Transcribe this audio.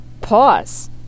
pause